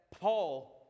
Paul